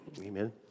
Amen